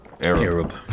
Arab